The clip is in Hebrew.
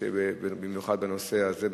במיוחד בנושא הזה,